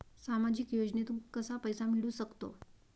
सामाजिक योजनेतून कसा पैसा मिळू सकतो?